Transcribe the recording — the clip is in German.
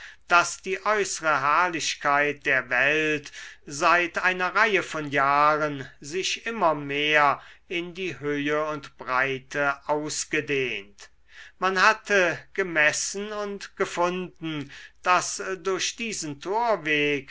daß die äußere herrlichkeit der welt seit einer reihe von jahren sich immer mehr in die höhe und breite ausgedehnt man hatte gemessen und gefunden daß durch diesen torweg